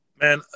Man